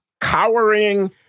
cowering